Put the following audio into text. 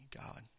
God